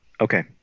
Okay